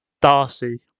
Darcy